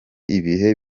ibihe